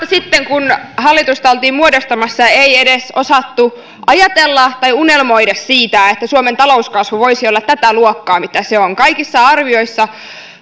sitten kun hallitusta oltiin muodostamassa ei osattu edes ajatella tai unelmoida että suomen talouskasvu voisi olla tätä luokkaa mitä se on kaikissa arvioissa